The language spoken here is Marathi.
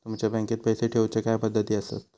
तुमच्या बँकेत पैसे ठेऊचे काय पद्धती आसत?